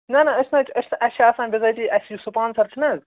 نہَ نہَ أسۍ نہَ حظ اَسہِ چھِ آسان بِظٲتی اَسہِ یُس سُپانٛسَر چھِنہٕ حظ